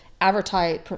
advertise